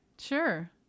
sure